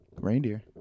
Reindeer